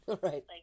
Right